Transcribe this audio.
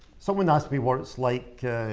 someone asks me what it's like,